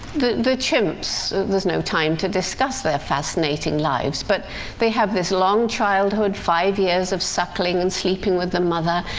the chimps there's no time to discuss their fascinating lives but they have this long childhood, five years of suckling and sleeping with the mother,